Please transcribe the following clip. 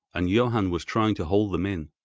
and johann was trying to hold them in,